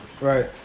Right